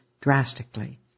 drastically